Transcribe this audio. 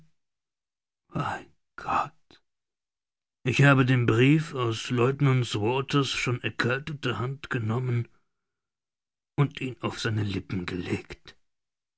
mein gott ich habe den brief aus lieutenant walter's schon erkalteter hand genommen und ihn auf seine lippen gelegt